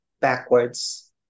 backwards